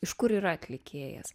iš kur yra atlikėjas